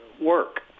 work